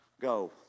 go